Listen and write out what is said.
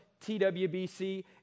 TWBC